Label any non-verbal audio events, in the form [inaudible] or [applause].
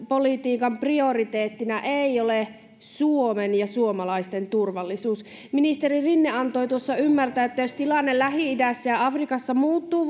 prioriteettina ei ole suomen ja suomalaisten turvallisuus ministeri rinne antoi tuossa ymmärtää että jos tilanne lähi idässä ja ja afrikassa muuttuu [unintelligible]